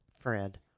Fred